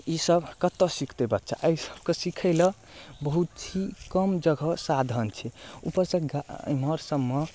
इसब कतऽ सिखतै बच्चा एहि सबके सिखै लए बहुत ही कम जगह साधन छै ऊपरसँ घर एमहर सबमे